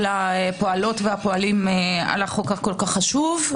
הפועלות והפועלים על החוק הכול כך חשוב.